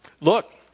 look